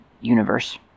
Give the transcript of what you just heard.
universe